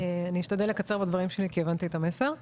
אשתדל לקצר בדברים שלי, כי הבנתי את המסר.